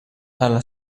alla